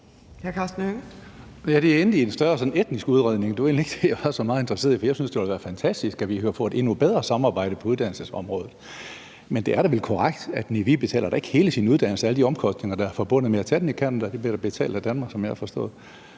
det, jeg var så interesseret i. Jeg synes da, at det ville være fantastisk, hvis vi kunne få et endnu bedre samarbejde på uddannelsesområdet. Men det er da vel korrekt, at Nivi ikke selv betaler hele sin uddannelse og alle de omkostninger, der er forbundet med at tage den i Canada. Den bliver da betalt af Danmark, sådan som jeg har forstået